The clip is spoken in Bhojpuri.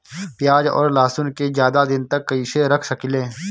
प्याज और लहसुन के ज्यादा दिन तक कइसे रख सकिले?